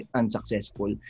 unsuccessful